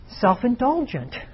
self-indulgent